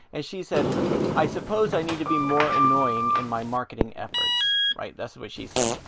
and she said i suppose i need to be more annoying in my marketing efforts right, that's what she said.